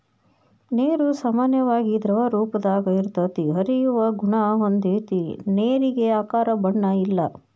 ನೇರು ಸಾಮಾನ್ಯವಾಗಿ ದ್ರವರೂಪದಾಗ ಇರತತಿ, ಹರಿಯುವ ಗುಣಾ ಹೊಂದೆತಿ ನೇರಿಗೆ ಆಕಾರ ಬಣ್ಣ ಇಲ್ಲಾ